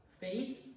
faith